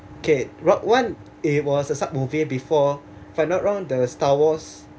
okay rogue one it was a sub movie before if I'm not wrong the star wars